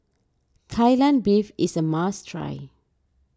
Kai Lan Beef is a must try